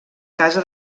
casa